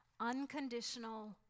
unconditional